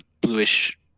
bluish